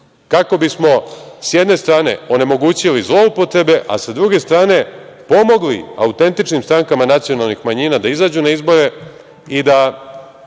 kako bismo, s jedne strane, onemogućili zloupotrebe, a sa druge strane pomogli autentičnim strankama nacionalnih manjina da izađu na izbore i da